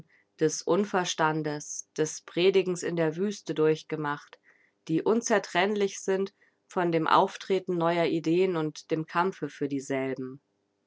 des unverstandes des predigens in der wüste durchgemacht die unzertrennlich sind von dem auftreten neuer ideen und dem kampfe für dieselben